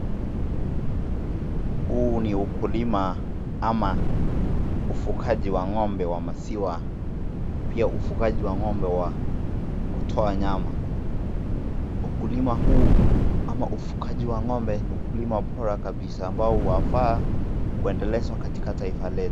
Huu ni ukulima ama ufugaji wa ng'ombe wa maziwa pia ufugaji wa ng'ombe wa kutoa nyama. Ukulima huu ama ufugaji wa ng'ombe ni ukulima bora kabisa ambao wafaa kuendelezwa katika taifa letu.